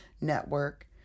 network